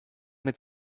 mit